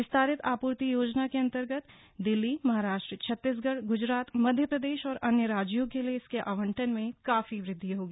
विस्तारित आपूर्ति योजना के अंतर्गत दिल्ली महाराष्ट्र छत्तीसगढ़ गुजरात मध्य प्रदेश और अन्य राज्यों के लिए इसके आवंटन में काफी वृद्वि होगी